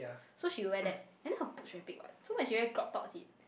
so she wear that and then her boobs very big right so when she wear crop top